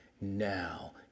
now